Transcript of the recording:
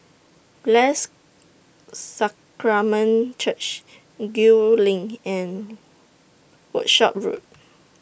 Blessed Sacrament Church Gul LINK and Workshop Road